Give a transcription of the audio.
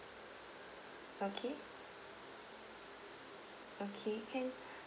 okay okay can